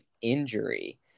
injury